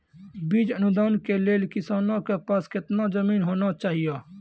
बीज अनुदान के लेल किसानों के पास केतना जमीन होना चहियों?